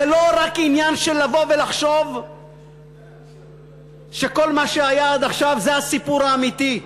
זה לא רק עניין של לבוא ולחשוב שכל מה שהיה עד עכשיו זה הסיפור האמיתי,